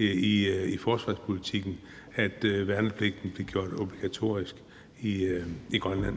i forsvarspolitikken, at værnepligten blev gjort obligatorisk i Grønland.